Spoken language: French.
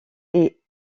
ait